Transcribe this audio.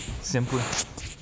simply